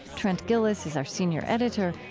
trent gilliss is our senior editor.